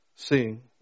seeing